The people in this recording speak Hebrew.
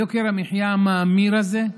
יוקר המחיה המאמיר הזה,